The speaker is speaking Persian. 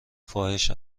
فاحش